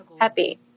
happy